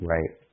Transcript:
Right